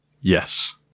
Yes